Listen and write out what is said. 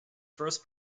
first